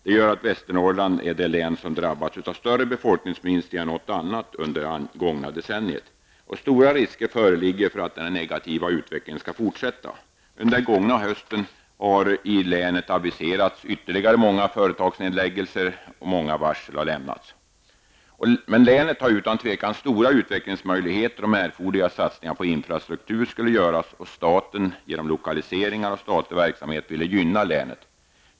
Det gör att Västernorrland drabbats av större befolkningsminskning än något annat län under det gångna decenniet. Stora risker föreligger för att denna negativa utveckling skall fortsätta. Under den gångna hösten har i länet aviserats många företagsnedläggelser och många varsel har lämnats. Länet har utan tvivel stora utvecklingsmöjligheter, om erforderliga satsningar på infrastruktur skulle göras och staten genom lokalisering av statlig verksamhet ville gynna länet.